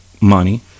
money